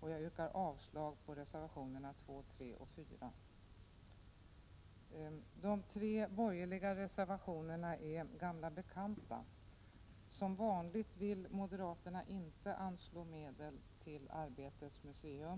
Jag yrkar avslag på reservationerna 2, 3 och 4. De tre borgerliga reservationerna är gamla bekanta. Som vanligt vill moderaterna inte anslå medel till Arbetets museum.